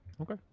okay